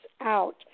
out